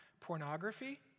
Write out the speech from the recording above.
pornography